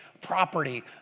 Property